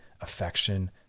affection